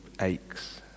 aches